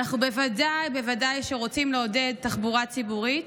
ואנחנו בוודאי ובוודאי רוצים לעודד תחבורה ציבורית,